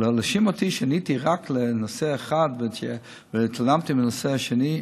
אבל להאשים אותי שעניתי רק לנושא אחד והתעלמתי מהנושא השני,